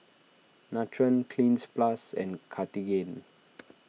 Nutren Cleanz Plus and Cartigain